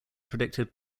predicted